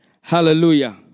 hallelujah